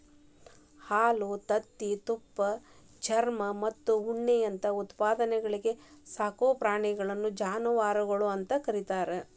ಹಾಲು, ತತ್ತಿ, ತುಪ್ಪ, ಚರ್ಮಮತ್ತ ಉಣ್ಣಿಯಂತ ಉತ್ಪನ್ನಗಳಿಗೆ ಸಾಕೋ ಪ್ರಾಣಿಗಳನ್ನ ಜಾನವಾರಗಳು ಅಂತ ಕರೇತಾರ